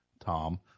Tom